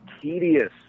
tedious